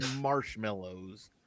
marshmallows